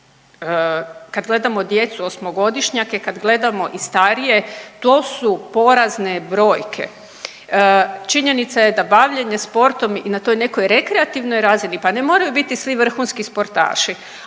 Kad gledamo djecu osmogodišnjake, kad gledamo i starije to su porazne brojke. Činjenica je da bavljenje sportom i na toj nekoj rekreativnoj razini, pa ne moraju biti svi vrhunski sportaši.